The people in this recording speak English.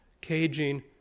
caging